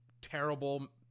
terrible